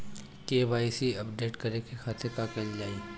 KYC update करे के खातिर का कइल जाइ?